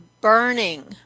burning